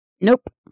Nope